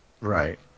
Right